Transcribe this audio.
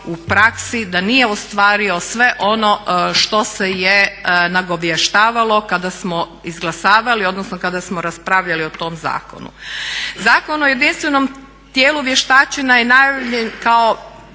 u praksi, da nije ostvario sve ono što se je nagovještavalo kada smo izglasavali, odnosno kada smo raspravljali o tom zakonu. Zakon o jedinstvenom tijelu vještačenja je najavljen kao